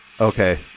Okay